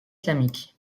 islamique